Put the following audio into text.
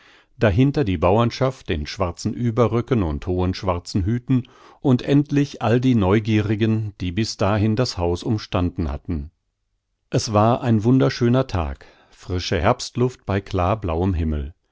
dahinter die bauernschaft in schwarzen überröcken und hohen schwarzen hüten und endlich all die neugierigen die bis dahin das haus umstanden hatten es war ein wunderschöner tag frische herbstluft bei klarblauem himmel